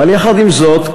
אבל יחד עם זאת,